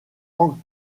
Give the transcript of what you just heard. han